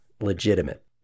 legitimate